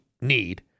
need